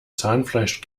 zahnfleisch